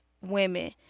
women